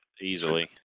easily